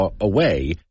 away